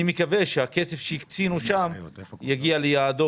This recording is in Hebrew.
אני מקווה שהכסף שהקצינו שם יגיע ליעדו,